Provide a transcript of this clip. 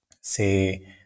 say